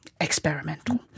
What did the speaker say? experimental